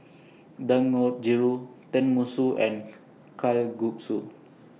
Dangojiru Tenmusu and Kalguksu